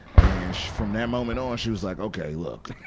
and, from that moment on, she was like, okay, look.